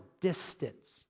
distance